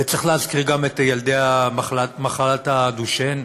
וצריך להזכיר גם את ילדי מחלת הדושן.